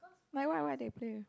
like what what they play